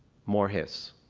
more hiss.